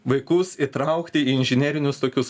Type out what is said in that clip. vaikus įtraukti į inžinerinius tokius